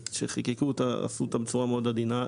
כשהורו אותה אז הורו אותה בצורה עדינה.